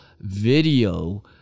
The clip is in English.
video